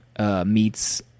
meets